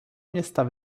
města